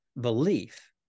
belief